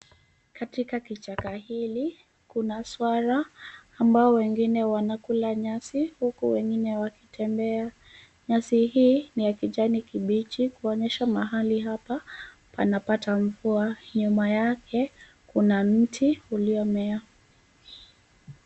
Katika kichaka hili, kuna swara ambao wengine wanakula nyasi huku wengine wakitembea. Nyasi hii ni ya kijani kibichi kuonyesha mahali hapa panapata mvua . Nyuma yake kuna mti uliomea.